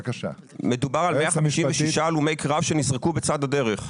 מדובר על 156 הלומי קרב שנזרקו בצד הדרך.